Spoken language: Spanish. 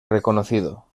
reconocido